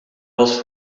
was